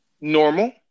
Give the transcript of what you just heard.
normal